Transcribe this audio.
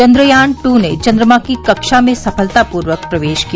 Chandrayaan two ने चंद्रमा की कक्षा में सफलतापूर्वक प्रवेश किया